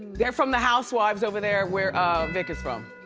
they're from the housewives over there where ah vick is from.